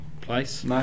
place